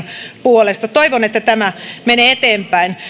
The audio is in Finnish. puolesta toivon että tämä menee eteenpäin